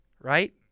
right